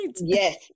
yes